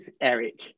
Eric